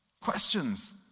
questions